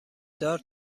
دار